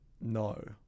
No